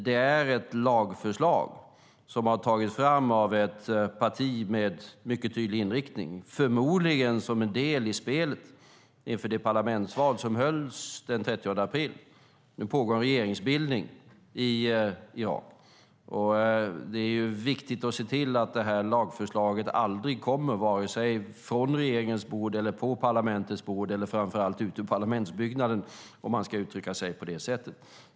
Det är ett lagförslag som har tagits fram av ett parti med en mycket tydlig inriktning, förmodligen som en del i spelet inför det parlamentsval som hölls den 30 april. Nu pågår regeringsbildning i Irak. Det är viktigt att se till att det här lagförslaget aldrig kommer vare sig från regeringens bord eller på parlamentets bord eller framför allt inte ut ur parlamentsbyggnaden - om man nu ska uttrycka sig på det sättet.